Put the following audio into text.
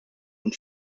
und